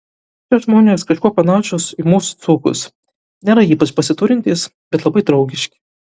čia žmonės kažkuo panašūs į mūsų dzūkus nėra ypač pasiturintys bet labai draugiški